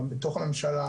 בתוך הממשלה,